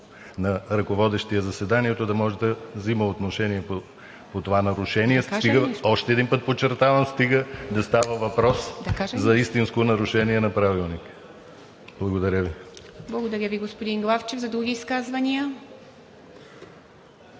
на ръководещия заседанието, да може да взема отношение по това нарушение, още един път подчертавам, стига да става въпрос за истинско нарушение на Правилника. Благодаря Ви. ПРЕДСЕДАТЕЛ ИВА МИТЕВА: Благодаря Ви, господин Главчев. Други изказвания?